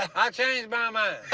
i changed my um ah